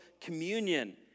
communion